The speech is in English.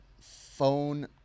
Phone